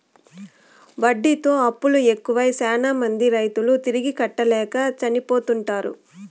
వడ్డీతో అప్పులు ఎక్కువై శ్యానా మంది రైతులు తిరిగి కట్టలేక చనిపోతుంటారు